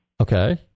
Okay